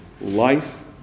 life